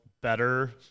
better